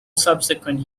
subsequent